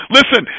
Listen